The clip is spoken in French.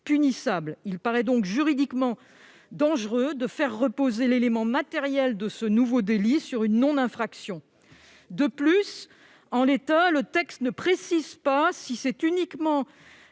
punissable. Il paraît donc juridiquement dangereux de faire reposer l'élément matériel de ce nouveau délit sur une non-infraction. En outre, le texte ne précise pas si la provocation